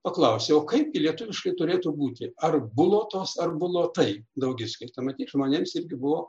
paklausia o kaip lietuviškai turėtų būti ar bulotos ar bulotai daugiskaita matyt žmonėms irgi buvo